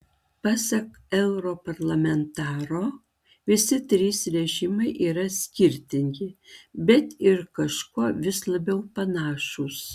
pasak europarlamentaro visi trys režimai yra skirtingi bet ir kažkuo vis labiau panašūs